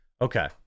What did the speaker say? Okay